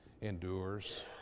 endures